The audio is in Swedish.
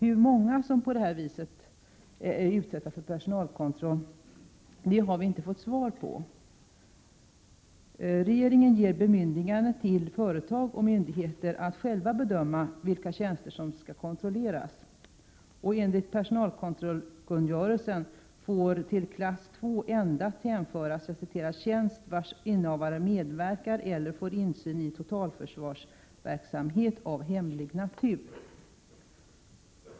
Hur många som på detta sätt är utsatta för personalkontroll har vi inte fått svar på. Regeringen ger bemyndiganden till företag och myndigheter att själva bedöma vilka tjänster som skall kontrolleras. Enligt personalkontrollkungörelsen får till klass 2 endast hänföras ”tjänst vars innehavare medverkar eller får insyn i totalförsvarsverksamhet av hemlig natur”.